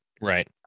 Right